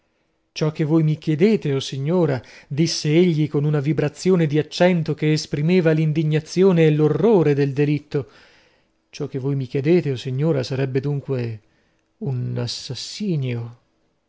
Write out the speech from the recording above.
ciò che voi mi chiedete o signora disse egli con una vibrazione di accento che esprimeva l'indignazione e l'orrore del delitto ciò che voi mi chiedete o signora sarebbe dunque un assassinio